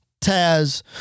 Taz